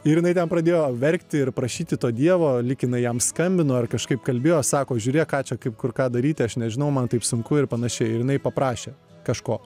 ir jinai ten pradėjo verkti ir prašyti to dievo lyg jinai jam skambino ar kažkaip kalbėjo sako žiūrėk ką čia kaip kur ką daryti aš nežinau man taip sunku ir panašiai ir jinai paprašė kažko